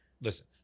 Listen